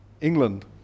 England